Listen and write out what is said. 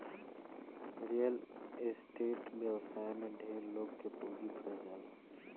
real estate व्यवसाय में ढेरे लोग के पूंजी फंस जाला